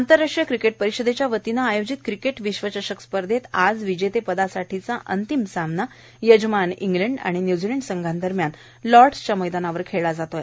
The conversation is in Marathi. आंतरराष्ट्रीय क्रिकेट परिषदेच्या वतीनं आयोजित क्रिकेट विश्वचषक स्पर्धत आज विजेते पदासाठीचा अंतिम सामना यजमान इंग्लंड आणि न्यूझीलंड दरम्यान लाईसच्या मैदानावर खेळला जात आहे